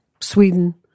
Sweden